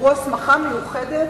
שעברו הסמכה מיוחדת